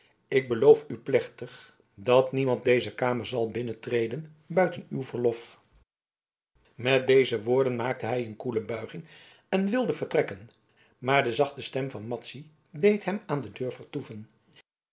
ik beloof u plechtig dat niemand deze kamer zal binnentreden buiten uw verlof met deze woorden maakte hij een koele buiging en wilde vertrekken maar de zachte stem van madzy deed hem aan de deur vertoeven